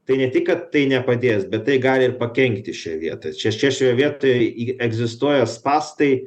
tai ne tik kad tai nepadės bet tai gali ir pakenkti šioj vietoj čia čia šioje vietoje į egzistuoja spąstai